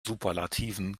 superlativen